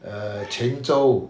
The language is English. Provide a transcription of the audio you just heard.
err quanzhou